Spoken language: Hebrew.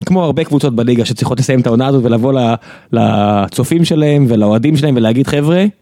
כמו הרבה קבוצות בליגה שצריכות לסיים את העונה הזו ולבוא לצופים שלהם ולאוהדים שלהם ולהגיד חבר'ה.